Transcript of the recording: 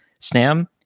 SNAM